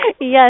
yes